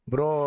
Bro